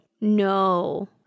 No